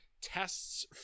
tests